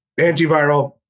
antiviral